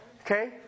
okay